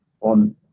on